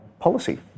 policy